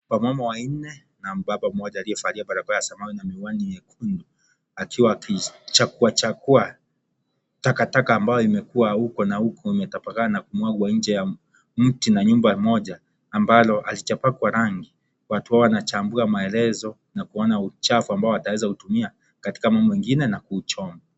Wamama wanne na mbaba mmoja aliyevalia barakoa ya samawi na miwani nyekundu wakiwa waki chakuachakua takataka ambayo imekuwa huko na huku ambayo imetabakaa na kumwagwa nje ya mti na nyumba moja ambalo halijapakwa rangi watu hawa wanachambua maelezo na kuona uchafu ambao wataweza utumia katika mambo ingine na kuuchoma.